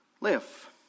live